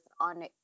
on